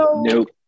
Nope